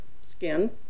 skin